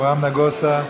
אברהם נגוסה,